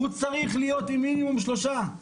הוא צריך להיות עם מינימום שלושה.